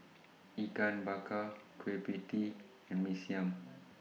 Ikan Bakar Kueh PIE Tee and Mee Siam